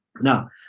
now